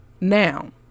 Now